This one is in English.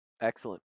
Excellent